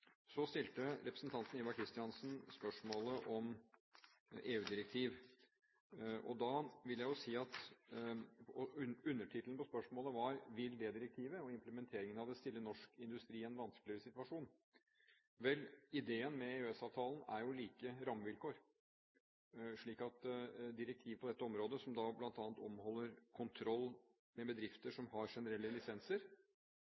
Så stilte representanten Ivar Kristiansen spørsmålet om EU-direktiv, og undertittelen på spørsmålet var: Vil det direktivet, og implementeringen av det, stille norsk industri i en vanskeligere situasjon? Vel, ideen med EØS-avtalen er jo like rammevilkår, slik at direktiv på dette området som bl.a. omhandler kontroll med bedrifter